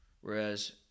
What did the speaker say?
whereas